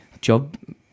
job